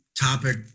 topic